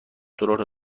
دلار